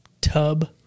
Tub